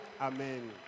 Amen